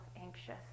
anxious